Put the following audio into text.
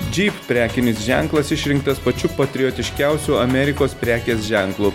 džyp prekinis ženklas išrinktas pačiu patriotiškiausiu amerikos prekės ženklu